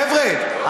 חבר'ה,